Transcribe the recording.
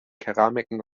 keramiken